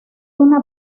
una